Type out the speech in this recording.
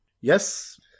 yes